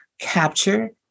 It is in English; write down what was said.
capture